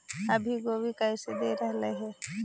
अभी गोभी कैसे दे रहलई हे?